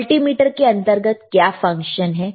multimeter के अंतर्गत क्या फंक्शन है